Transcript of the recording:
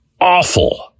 awful